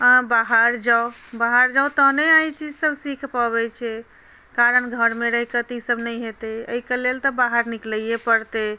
अहाँ बाहर जाउ बाहर जाउ तहने अहाँ ईचीज सब सीखि पबै छी कारण घरमे रहिकऽ तऽ ईसब नहि हेतै एहिके लेल तऽ बाहर निकलैए पड़तै